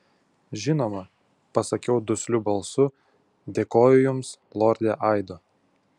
žinoma pasakiau dusliu balsu dėkoju jums lorde aido